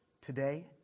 today